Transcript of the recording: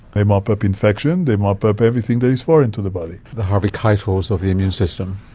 they mop up infection, they mop up everything that is foreign to the body. the harvey keitels of the immune system.